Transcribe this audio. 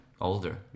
older